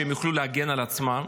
שהם יוכלו להגן על עצמם,